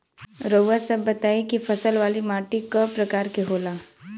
रउआ सब बताई कि फसल वाली माटी क प्रकार के होला?